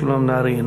משולם נהרי,